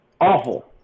Awful